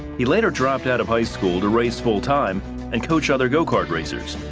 he later dropped out of high school to race full time and coach other go cart racers.